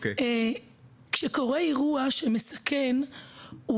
כשקורה אירוע מסכן,